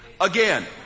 Again